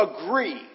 agree